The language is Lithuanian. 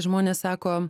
žmonės sako